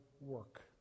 work